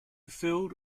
filled